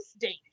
date